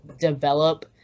develop –